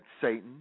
Satan